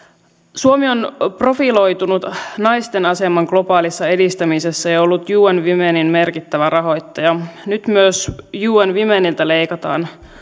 suomi on profiloitunut naisten aseman globaalissa edistämisessä ja ollut un womenin merkittävä rahoittaja nyt myös un womenilta leikataan